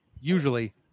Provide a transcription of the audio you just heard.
Usually